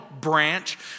branch